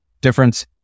difference